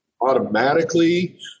automatically